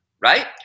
right